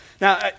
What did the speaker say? Now